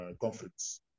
conflicts